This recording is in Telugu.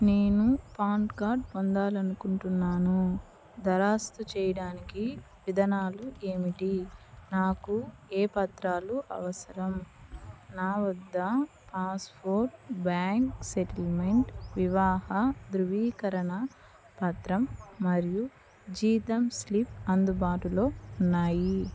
నేను పాన్ కార్డ్ పొందాలనుకుంటున్నాను దరఖాస్తు చెయ్యడానికి విధానాలు ఏమిటి నాకు ఏ పత్రాలు అవసరం నా వద్ద పాస్ఫోర్ట్ బ్యాంక్ సెటిల్మెంట్ వివాహ ధ్రువీకరణ పత్రం మరియు జీతం స్లిప్ అందుబాటులో ఉన్నాయి